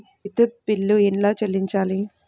విద్యుత్ బిల్ ఎలా చెల్లించాలి?